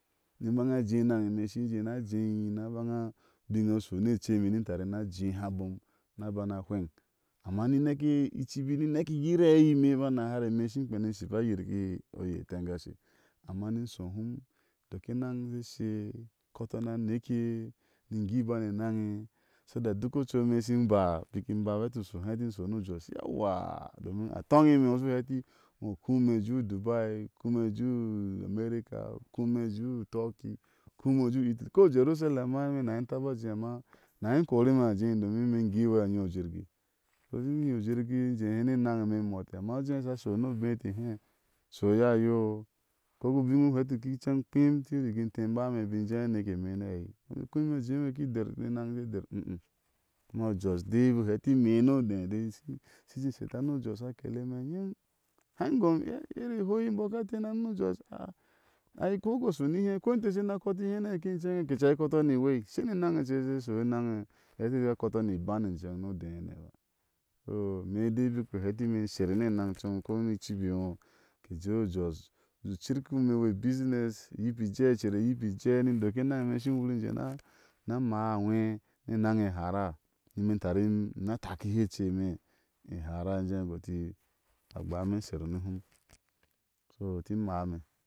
Ni imbaŋa a jé enaŋe ime ishi jé ina jéi ina baŋa u biŋ e iye u sho ni ece. ime ina tari ina jéhi abomni a bana hweŋ amma ni neke, icibi gi nɛke igi rɛyo imeba, nahare ime ishi nɛke a yirki he oyre eten gashe. amma ni shɔ humi indok enaŋ she sheɛ inkɔtɔ ni. ane ke, ingui iban enaŋe so that duko ucu ime ishi ima bikimba a hɛti shɔni. hé ime hɛt in shɔ ni u jos, yowaa domi a toŋe ino u shu hɛti iŋo ukúi ime u he u ubai, kui ime ujeu ameirca, u kúi ime u jéu turkey, kui ime jeu italy ko u jerusalem ma ime na hi taba ajéi amana na hi inkori me a jé domin ime igui iwei a inyi u jirgi tɔ ishi inyi u jiri e jéhé ni enaŋe ime imete amma iŋo jé sha shó. ni obé ete hé ashɔ yayo koagu biŋu heti kiceŋ u kpim iti rigi té imbaa me ibi jeé a aneke me ni ɛɛi iŋo u biku kúi ime u jéo ki der, enaŋ she der mh mh, amma u jos dei a bik a hɛti ime ni odé déi, shi shi ji sheta ni u jos akele me a yin. haŋe i gó o yire ihoi imɔɔ ka tena ni u jos, ai ko ugu shɔ nihe, ko inte kena kɔti ni henake incene hena ke cai ikotɔ ni iwei ashe ni enaŋ ince e she shɔ enaŋe, hɛti a jeaa. kɔtɔɔ ni iban inceŋe ni odé hana ba. so ime dei biku u hɛti ime isher ni enaŋ com hum komi icibi iŋo ke jeu ujos jeu cirki hime u business, iyibe, icer iyi bijee ni indok e enan ime ishi iwur e jé ina maa anwhɛ ni enaŋe ehara, ime tari ina takihe eceme ihara injé guti, agba ime isher ni hum so inte maa me